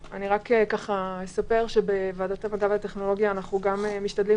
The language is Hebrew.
אספר שבוועדת המדע והטכנולוגיה אנחנו גם משתדלים